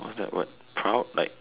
what's that what proud like